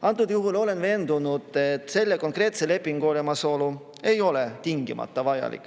vajalik. Olen veendunud, et selle lepingu olemasolu ei ole tingimata vajalik.